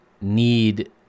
need